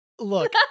Look